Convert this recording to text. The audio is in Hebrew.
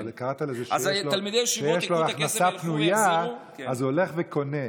אבל קראת לזה שיש לו הכנסה פנויה אז הוא הולך וקונה.